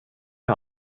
med